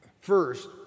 First